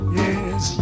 yes